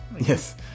Yes